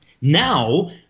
Now